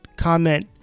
comment